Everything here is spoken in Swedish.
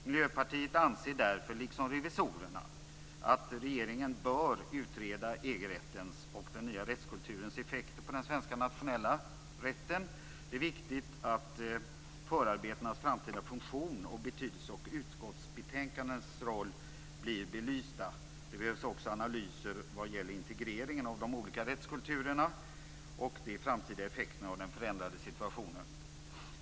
Miljöpartiet anser därför, liksom revisorerna, att regeringen bör utreda EG-rättens och den nya rättskulturens effekter på den svenska nationella rätten. Det är viktigt att förarbetenas framtida funktion och betydelse samt utskottsbetänkandenas roll blir belysta. Det behövs också analyser vad gäller integreringen av de olika rättskulturerna och de framtida effekterna av den förändrade situationen.